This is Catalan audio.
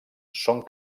són